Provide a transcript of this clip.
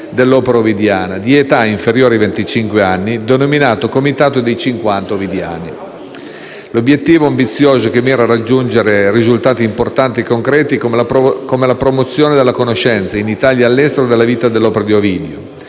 dell'opera ovidiana, di età inferiore a venticinque anni, denominato «Comitato dei cinquanta ovidiani». L'obiettivo ambizioso, che mira a raggiungere obiettivi importanti e concreti, come la promozione della conoscenza, in Italia e all'estero, della vita e dell'opera di Ovidio,